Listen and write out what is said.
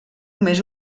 més